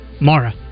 Mara